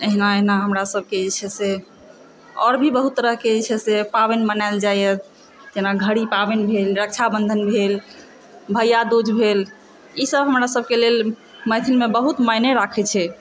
अहिना अहिना हमरा सबके जे छै से आओर भी बहुत तरहके जे छै से पाबनि मनाओल जाइत यऽ जेना घड़ी पाबनि भेल रक्षाबन्धन भेल भैयादूज भेल ई सब हमरा सबके लेल मैथिलमे बहुत मायने राखैत छै